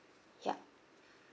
ya